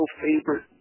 favorite